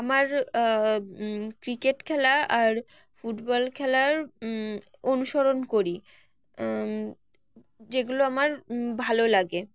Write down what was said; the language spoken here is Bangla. আমার ক্রিকেট খেলা আর ফুটবল খেলার অনুসরণ করি যেগুলো আমার ভালো লাগে